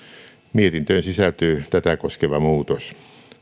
mietintöön sisältyy tätä koskeva muutos